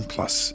Plus